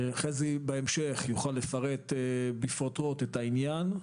חזי שוורצמן בהמשך יוכל לפרט בפרוטרוט את העניין.